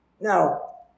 Now